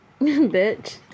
Bitch